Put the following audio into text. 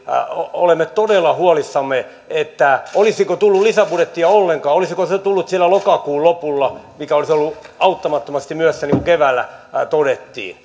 olemme todella huolissamme olisiko tullut lisäbudjettia ollenkaan olisiko se tullut siellä lokakuun lopulla mikä olisi ollut auttamattomasti myöhässä niin kuin keväällä todettiin